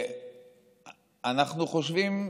אנחנו חושבים,